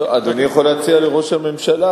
אדוני יכול להציע לראש הממשלה,